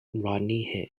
rodney